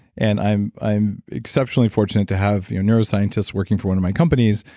and i'm i'm exceptionally fortunate to have neuroscientists working for one of my companies,